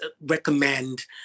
recommend